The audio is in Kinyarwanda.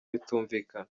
bitumvikana